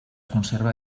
conserva